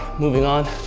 moving on.